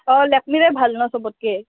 অঁ লেকমিৰে ভাল ন চবতকৈ